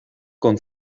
con